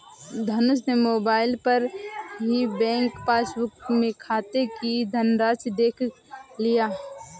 धनुष ने मोबाइल पर ही बैंक पासबुक में खाते की धनराशि देख लिया